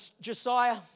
Josiah